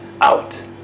out